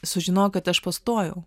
sužinojau kad aš pastojau